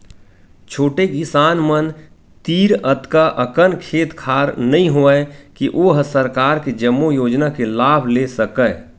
छोटे किसान मन तीर अतका अकन खेत खार नइ होवय के ओ ह सरकार के जम्मो योजना के लाभ ले सकय